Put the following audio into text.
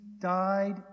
died